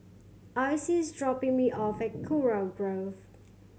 Icy is dropping me off at Kurau Grove